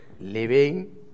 living